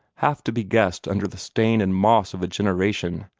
half to be guessed under the stain and moss of a generation,